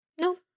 No